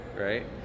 right